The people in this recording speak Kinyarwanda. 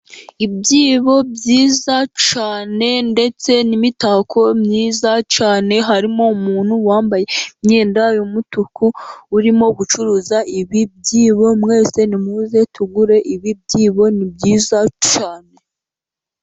Ibyibo byiza cyane, ndetse n'imitako myiza cyane, harimo umuntu wambaye imyenda y'umutuku, urimo gucuruza ibi byibo, mwese nimuze tugure ibi byibo ni byiza cyane.